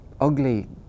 ugly